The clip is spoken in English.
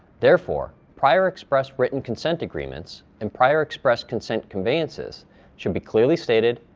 therefore, prior express written consent agreements and prior express consent conveyances should be clearly stated,